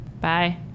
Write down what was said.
Bye